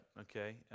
okay